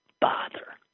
Bother